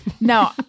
No